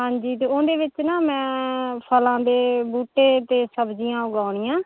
ਹਾਂਜੀ ਅਤੇ ਉਹਦੇ ਵਿੱਚ ਨਾ ਮੈਂ ਫਲਾਂ ਦੇ ਬੂਟੇ ਅਤੇ ਸਬਜ਼ੀਆਂ ਉਗਾਉਣੀਆਂ